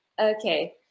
Okay